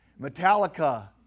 Metallica